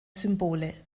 symbole